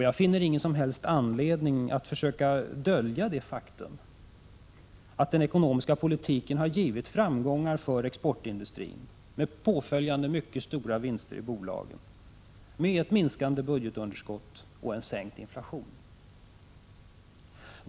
Jag finner ingen som helst anledning att försöka dölja det faktum att den ekonomiska politiken har gett framgångar för exportindustrin, med påföljande mycket stora vinster i bolagen, ett minskande budgetunderskott och en sänkt inflation.